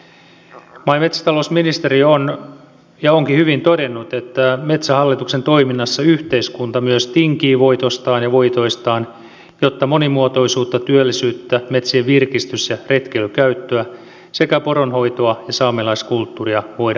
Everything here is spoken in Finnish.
maa ja metsätalousministeri on ja onkin hyvin todennut että metsähallituksen toiminnassa yhteiskunta myös tinkii voitostaan ja voitoistaan jotta monimuotoisuutta työllisyyttä metsien virkistys ja retkeilykäyttöä sekä poronhoitoa ja saamelaiskulttuuria voidaan edistää